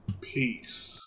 Peace